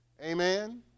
Amen